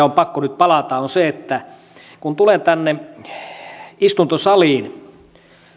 on pakko nyt palata on se että kun tulen tänne istuntosaliin